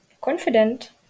confident